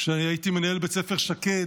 כשהייתי מנהל בית ספר שקד,